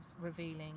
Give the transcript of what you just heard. revealing